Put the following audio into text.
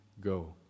go